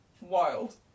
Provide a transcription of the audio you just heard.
Wild